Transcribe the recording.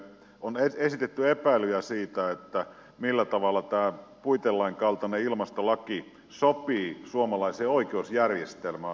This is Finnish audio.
on esitetty epäilyjä siitä millä tavalla tämä puitelain kaltainen ilmastolaki sopii suomalaiseen oikeusjärjestelmään